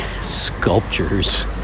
sculptures